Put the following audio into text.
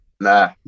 nah